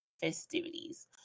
festivities